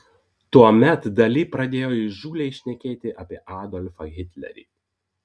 tuomet dali pradėjo įžūliai šnekėti apie adolfą hitlerį